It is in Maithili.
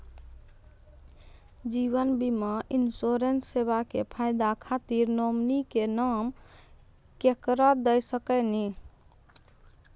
जीवन बीमा इंश्योरेंसबा के फायदा खातिर नोमिनी के नाम केकरा दे सकिनी?